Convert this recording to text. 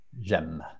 J'aime